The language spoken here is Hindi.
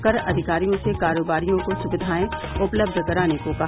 कर अधिकारियों से कारोबारियों को सुविधाएं उपलब्ध कराने को कहा